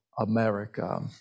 America